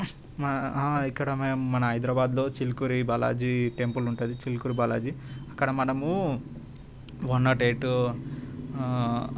ఇక్కడ మేము మన హైదరాబాద్లో చిలుకూరి బాలాజీ టెంపుల్ ఉంటుంది చిలుకూరు బాలాజీ ఇక్కడ మనము వన్ నాట్ ఎయిట్